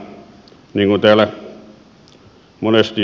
arvoisa puhemies